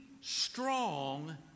strong